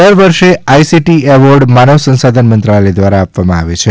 દર વર્ષે ICT award માનવ સંસાધન મંત્રાલય દ્વારા આપવામાં આવે છે